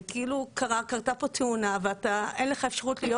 זה כאילו קרתה פה תאונה ואין לך אפשרות להיות